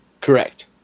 Correct